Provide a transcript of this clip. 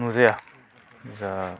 नुजाया जा